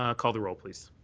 ah call the roll, please.